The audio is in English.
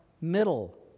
middle